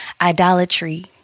Idolatry